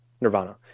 Nirvana